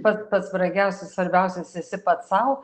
pat pats brangiausias svarbiausias esi pats sau